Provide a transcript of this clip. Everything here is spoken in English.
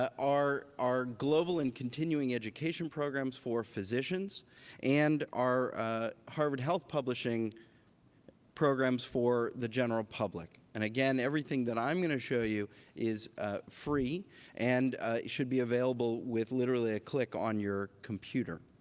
are global and continuing education programs for physicians and our harvard health publishing programs for the general public. and again, everything that i'm going to show you is free and should be available with literally a click on your computer.